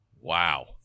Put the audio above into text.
Wow